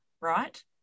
right